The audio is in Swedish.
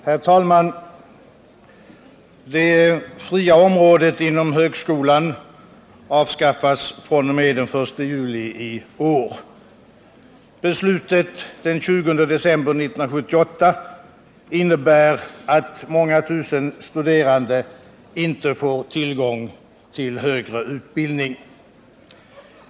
Herr talman! Det fria området inom högskolan avskaffas den 1 juli i år. Beslutet den 20 december 1978 innebär att många tusen studerande inte får tillgång till högre utbildning.